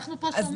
אנחנו פה שומעים.